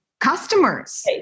customers